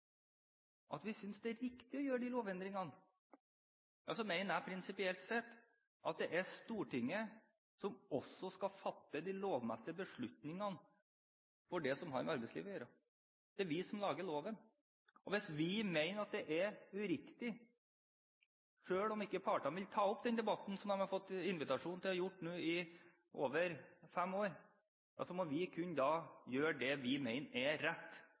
synes det er riktig å gjøre de lovendringene, ja, så mener jeg prinsipielt at det er Stortinget som også skal fatte de lovmessige beslutningene for det som har med arbeidslivet å gjøre. Det er vi som lager loven, og hvis vi mener at det er uriktig – selv om ikke partene vil ta opp den debatten som de har fått invitasjon til å gjøre nå i over fem år – må vi kunne gjøre det vi mener er rett.